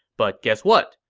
but guess what?